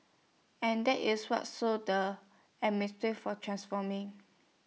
and that is what the A mistreat for transforming